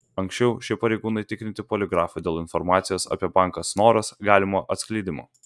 anksčiau šie pareigūnai tikrinti poligrafu dėl informacijos apie banką snoras galimo atskleidimo